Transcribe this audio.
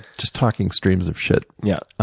just talking streams of shit. yup.